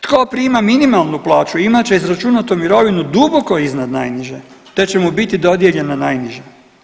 Tko prima minimalnu plaću imat će izračunatu mirovinu duboko iznad najniže te će mu biti dodijeljena najniža.